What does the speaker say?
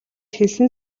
хэлсэн